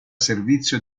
servizio